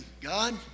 God